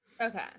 okay